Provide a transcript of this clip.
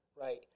right